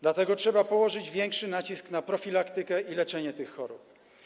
Dlatego trzeba położyć większy nacisk na profilaktykę i leczenie tych chorób.